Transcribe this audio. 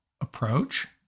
approach